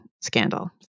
scandal